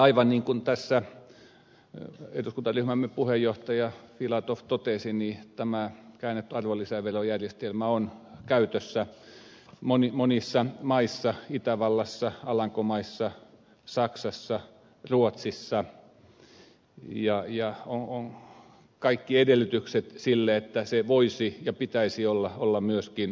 aivan niin kuin tässä eduskuntaryhmämme puheenjohtaja filatov totesi tämä käännetty arvonlisäverojärjestelmä on käytössä monissa maissa itävallassa alankomaissa saksassa ruotsissa ja on kaikki edellytykset sille että se voisi olla ja sen pitäisi olla myöskin suomessa